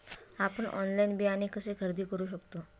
आपण ऑनलाइन बियाणे कसे खरेदी करू शकतो?